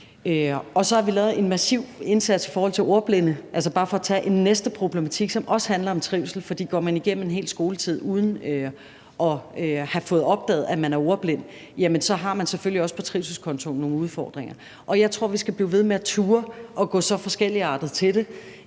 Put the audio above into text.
Og så har vi lavet en massiv indsats i forhold til ordblinde – altså bare for at tage en næste problematik, som også handler om trivsel, for går man igennem en hel skoletid, uden at det er blevet opdaget, at man er ordblind, jamen så har man selvfølgelig også på trivselskontoen nogle udfordringer. Jeg tror, vi skal blive ved med at turde at gå så forskelligartet til det,